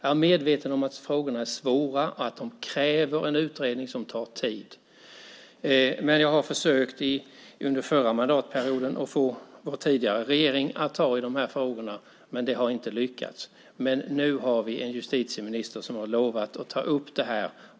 Jag är medveten om att frågorna är svåra, att de kräver en utredning som tar tid. Jag försökte under förra mandatperioden få vår tidigare regering att ta tag i dem, men det lyckades inte. Nu har vi en justitieminister som har lovat att ta upp det här.